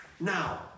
now